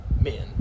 men